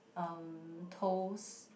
um toast